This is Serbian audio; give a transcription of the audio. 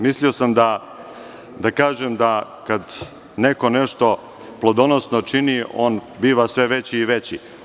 Mislio sam da kažem da kad neko nešto plodonosno čini, on biva sve veći i veći.